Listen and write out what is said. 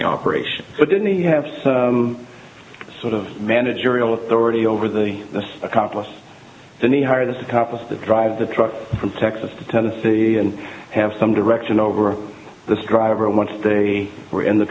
the operation but didn't he have some sort of managerial authority over the accomplice and he hired this accomplice to drive the truck from texas to tennessee and have some direction over the driver once they were in the